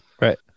right